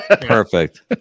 perfect